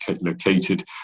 located